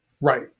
Right